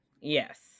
Yes